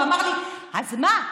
והוא אמר לי: אז מה,